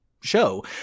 show